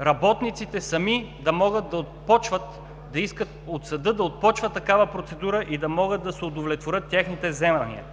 работниците сами да могат да искат от съда да отпочва такава процедура и да могат да се удовлетворят техните вземания.